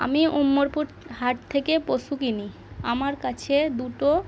আমি ওমরপুর হাট থেকে পশু কিনি আমার কাছে দুটো